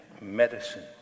medicine